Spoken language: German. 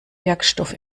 wirkstoff